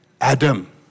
Adam